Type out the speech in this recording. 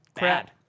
bad